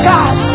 God